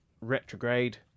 retrograde